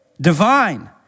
divine